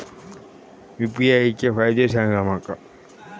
UPI चे फायदे सांगा माका?